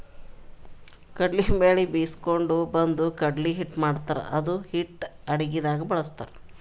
ಕಡ್ಲಿ ಬ್ಯಾಳಿ ಬೀಸ್ಕೊಂಡು ಬಂದು ಕಡ್ಲಿ ಹಿಟ್ಟ್ ಮಾಡ್ತಾರ್ ಇದು ಹಿಟ್ಟ್ ಅಡಗಿದಾಗ್ ಬಳಸ್ತಾರ್